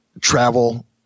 travel